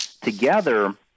together